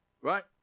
Right